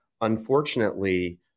unfortunately